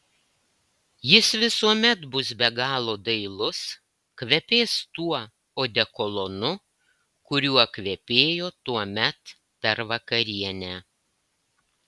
jis visuomet bus be galo dailus kvepės tuo odekolonu kuriuo kvepėjo tuomet per vakarienę